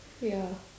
ya